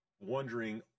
wondering